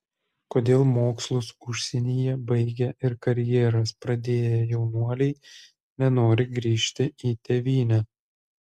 kodėl mokslus užsienyje baigę ir karjeras pradėję jaunuoliai nenori grįžti į tėvynę